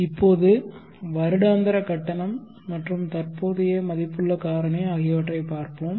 இப்போது வருடாந்திர கட்டணம் மற்றும் தற்போதைய மதிப்புள்ள காரணி ஆகியவற்றைப் பார்ப்போம்